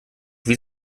wie